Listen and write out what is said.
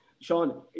Sean